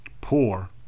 poor